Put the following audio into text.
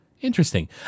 Interesting